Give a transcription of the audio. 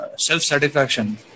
self-satisfaction